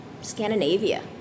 Scandinavia